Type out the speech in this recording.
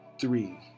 three